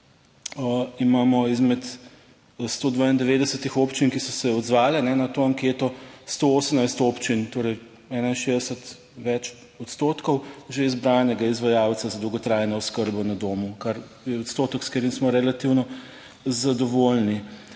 imamo izmed 192 občin, ki so se odzvale na to anketo, 118 občin, torej 61 več odstotkov že izbranega izvajalca za dolgotrajno oskrbo na domu, kar je odstotek, s katerim smo relativno zadovoljni.